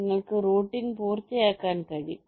നിങ്ങൾക്ക് റൂട്ടിംഗ് പൂർത്തിയാക്കാൻ കഴിയും